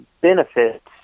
benefits